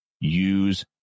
Use